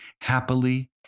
happily